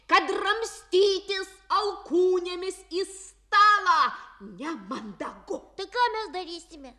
kad ramstytis alkūnėmis į stalą nemandagu tai ką mes darysime